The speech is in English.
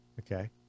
Okay